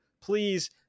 please